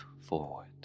forward